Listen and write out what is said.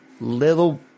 little